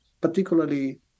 particularly